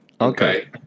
Okay